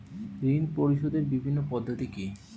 ঋণ পরিশোধের বিভিন্ন পদ্ধতি কি কি?